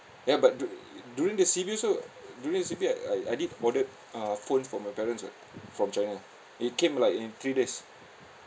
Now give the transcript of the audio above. ya but dur~ during the C_B also during the C_B I I did ordered uh phone for my parents [what] from china it came like in three days